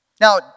Now